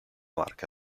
marca